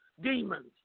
demons